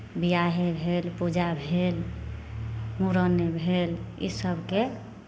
ब्याहे भेल पूजा भेल मूड़न भेल इसभके